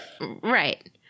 right